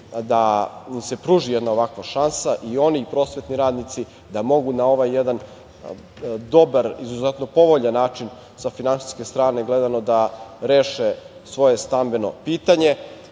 da im se pruži jedna ovakva šansa, i oni i prosvetni radnici, da mogu na ovaj jedan dobar, izuzetno povoljan način, sa finansijske strane gledano, da reše svoje stambeno pitanje.U